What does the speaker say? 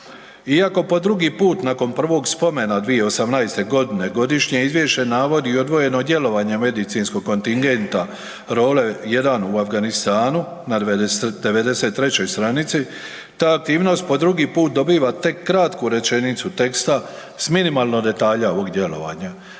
Iako po drugi put nakon prvog spomena 2018. godine godišnje izvješće navodi i odvojeno djelovanjem medicinskog kontingenta ROLE-1 u Afganistanu, na 93. stranici ta aktivnost po drugi put dobiva tek kratku rečenicu teksta s minimalno detalja ovog djelovanja.